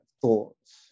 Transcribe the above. thoughts